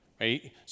right